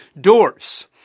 doors